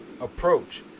approach